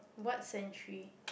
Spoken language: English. what century